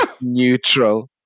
neutral